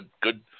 good